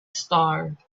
star